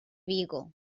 vigo